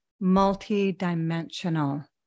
multi-dimensional